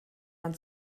man